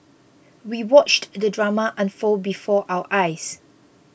we watched the drama unfold before our eyes